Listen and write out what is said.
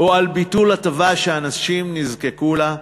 או על ביטול הטבה שאנשים נזקקו לה,